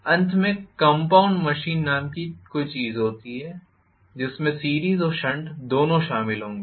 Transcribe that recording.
अंत में compound machine नाम की कोई चीज होती है जिसमें सीरीस और शंट दोनों शामिल होंगे